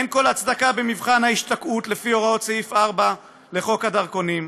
אין כל הצדקה במבחן ההשתקעות לפי הוראות סעיף 4 לחוק הדרכונים,